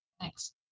Thanks